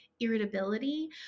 irritability